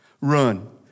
Run